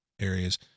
areas